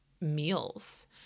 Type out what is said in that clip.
meals